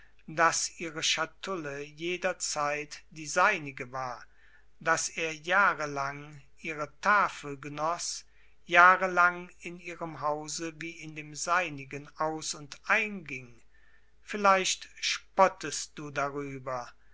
daß ihre schatulle jederzeit die seinige war daß er jahre lang ihre tafel genoß jahre lang in ihrem hause wie in dem seinigen aus und ein ging vielleicht spottest du darüber